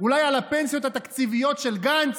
אולי על הפנסיות התקציביות של גנץ,